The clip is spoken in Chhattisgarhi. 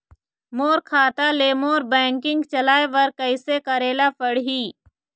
मोर खाता ले मोर बैंकिंग चलाए बर कइसे करेला पढ़ही?